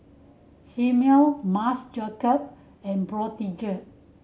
Chomel Marc Jacob and Brotzeit